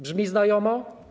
Brzmi znajomo?